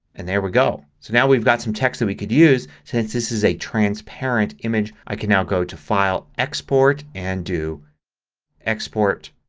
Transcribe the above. and there we go! so now we've got some text that we can use. since this is a transparent image i can now go to file, export and then do export.